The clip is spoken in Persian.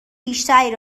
بیشتری